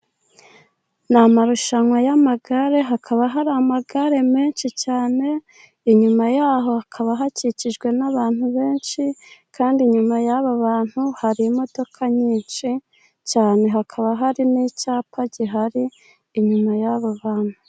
Ni amarushanwa y'amagare, hakaba hari amagare menshi cyane. Inyuma yaho hakaba hakikijwe n'abantu benshi, kandi inyuma y'aba bantu hari imodoka nyinshi cyane, hakaba hari n'icyapa gihari inyuma y'aba bantu.